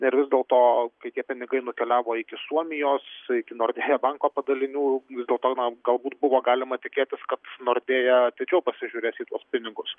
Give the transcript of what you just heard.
ir vis dėlto kai tie pinigai nukeliavo iki suomijos iki nordėja banko padalinių vis dėlto na galbūt buvo galima tikėtis kad nordėja atidžiau pasižiūrės į tuos pinigus